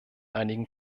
einigen